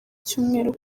cyumweru